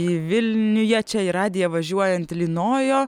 į vilniuje čia į radiją važiuojant lynojo